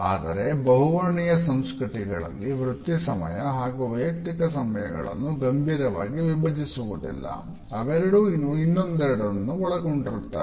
ಆದರೆ ಬಹುವರ್ಣೀಯ ಸಂಸ್ಕೃತಿಗಳಲ್ಲಿ ವೃತ್ತಿಸಮಯ ಹಾಗೂ ವೈಯುಕ್ತಿಕ ಸಮಯಗಳನ್ನು ಗಂಭೀರವಾಗಿ ವಿಭಜಿಸುವುದಿಲ್ಲ ಅವೆರಡು ಒಂದನ್ನೊಂದು ಒಳಗೊಂಡಿರುತ್ತವೆ